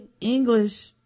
English